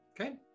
Okay